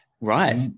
right